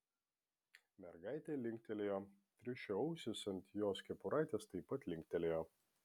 mergaitė linktelėjo triušio ausys ant jos kepuraitės taip pat linktelėjo